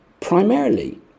primarily